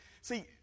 see